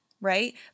right